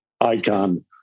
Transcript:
icon